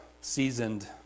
seasoned